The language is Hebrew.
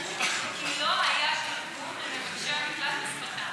נדחו כי לא היה תרגום למבקשי המקלט בשפתם?